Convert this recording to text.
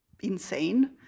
insane